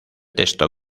texto